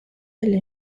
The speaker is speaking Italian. delle